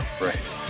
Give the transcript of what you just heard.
Right